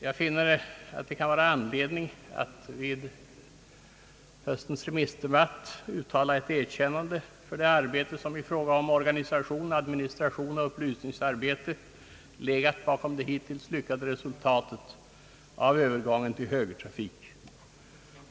Jag finner anledning att vid höstens remissdebatt uttala ett erkännande för det arbete som i fråga om organisation, administration och upplysning legat bakom det hittills lyckade resultatet av övergången till högertrafik.